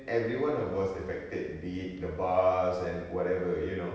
everyone was affected be it the bars and whatever you know